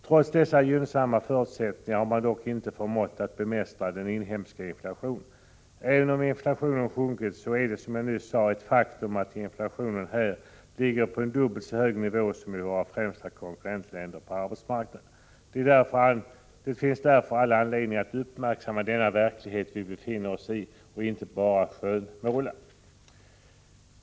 Trots dessa gynnsamma förutsättningar har man inte förmått att bemästra den inhemska inflationen. Även om inflationen sjunkit är det, som jag nyss sade, ett faktum att inflationen ligger på en dubbelt så hög nivå som i våra främsta konkurrentländer på exportmarknaden. Det finns därför all anledning att uppmärksamma den verklighet vi befinner oss i och inte bara skönmåla.